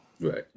Right